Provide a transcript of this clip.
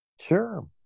sure